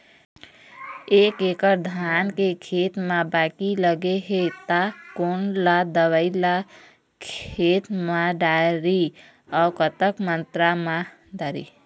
एक एकड़ धान के खेत मा बाकी लगे हे ता कोन सा दवई ला खेत मा डारी अऊ कतक मात्रा मा दारी?